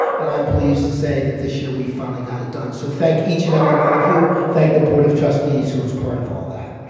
and i'm pleased to say that this year we finally got it done, so thank each and every one of you. thank the board of trustees who is part of all that.